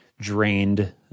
drained